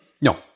No